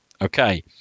okay